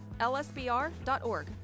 lsbr.org